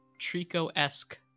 Trico-esque